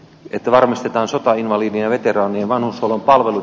jätevarmistetaan sotainvalidien veteraanien vanhushuollon palvelut